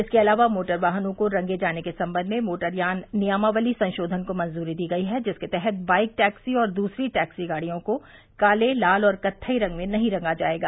इसके अलावा मोटर वाहनों को रंगे जाने के संबंध में मोटरयान नियमावली में संशोधन को मंजूरी दी गई है जिसके तहत बाइक टैक्सी और दूसरी टैक्सी गाड़ियों को काले लाल और कत्थई रंग में नहीं रंगा जायेगा